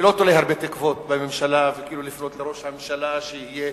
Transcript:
אני לא תולה הרבה תקוות בממשלה ובפנייה לראש הממשלה שיהיה